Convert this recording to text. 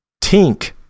Tink